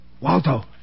Waldo